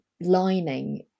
lining